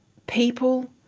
people